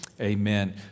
Amen